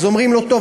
אז אומרים לו: טוב,